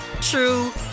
true